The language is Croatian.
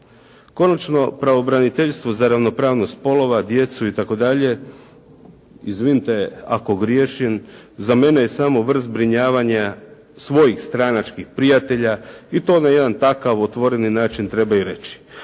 Konačno, pravobraniteljstvo za ravnopravnost spolova, djecu itd., izvinite ako griješim, za mene je samo vrst zbrinjavanja svojih stranačkih prijatelja i to na jedan takav otvoreni način treba i reći.